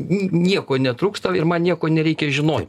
nieko netrūksta ir man nieko nereikia žinot